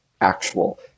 actual